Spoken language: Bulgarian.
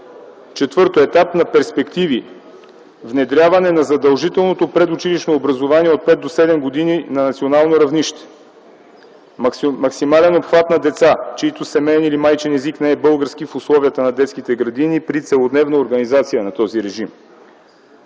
Четвърто, етап на перспективи - внедряване на задължителното предучилищно образование от 5 до 7 години на национално равнище; максимален обхват на деца, чиито семеен или майчин език не е български, в условията на детските градини при целодневна организация на този режим.